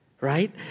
right